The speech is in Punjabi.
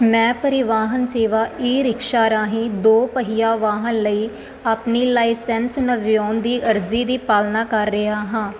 ਮੈਂ ਪਰੀਵਾਹਨ ਸੇਵਾ ਈ ਰਿਕਸ਼ਾ ਰਾਹੀਂ ਦੋ ਪਹੀਆ ਵਾਹਨ ਲਈ ਆਪਣੀ ਲਾਈਸੈਂਸ ਨਵਿਓਨ ਦੀ ਅਰਜੀ ਦੀ ਪਾਲਣਾ ਕਰ ਰਿਹਾ ਹਾਂ